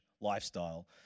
lifestyle